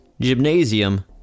Gymnasium